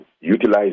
utilize